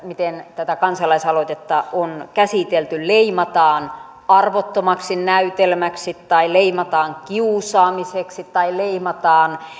miten tätä kansalaisaloitetta on käsitelty leimataan arvottomaksi näytelmäksi tai leimataan kiusaamiseksi tai leimataan